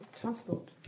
transport